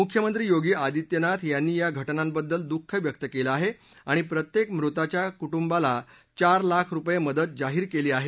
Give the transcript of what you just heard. मुख्यमंत्री योगी आदित्यनाथ यांनी या घ जिंबद्दल दुःख व्यक्त केलं आहे आणि प्रत्येक मृतांच्या कु जियाला चार लाख रुपये मदत जाहीर केली आहे